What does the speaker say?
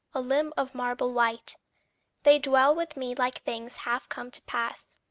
a limb of marble white they dwell with me like things half come to pass,